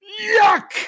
Yuck